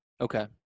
Okay